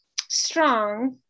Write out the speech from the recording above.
strong